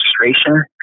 registration